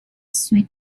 sweet